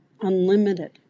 unlimited